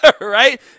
Right